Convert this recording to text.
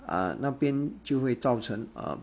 uh 那边就会造成 uh